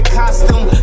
costume